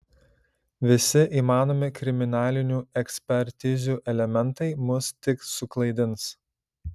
visi įmanomi kriminalinių ekspertizių elementai mus tik suklaidins